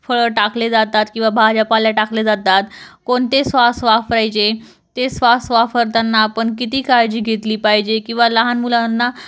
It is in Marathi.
फळं टाकले जातात किंवा भाज्या पाल्या टाकले जातात कोणते स्वास वापरायचे ते स्वास वापरताना आपण किती काळजी घेतली पाहिजे किंवा लहान मुलांना